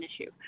issue